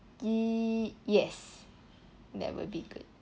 ye~ yes that would be good